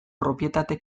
propietate